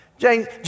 James